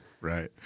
Right